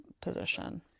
position